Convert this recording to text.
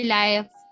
life